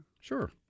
Sure